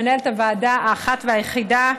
מנהלת הוועדה האחת והיחידה.